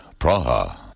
Praha